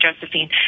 josephine